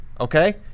okay